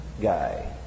guy